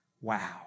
Wow